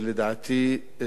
לדעתי,